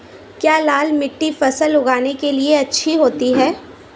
क्या लाल मिट्टी फसल उगाने के लिए अच्छी होती है?